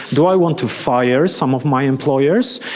do i want to fire some of my employers?